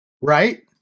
Right